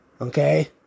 okay